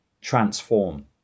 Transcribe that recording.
transform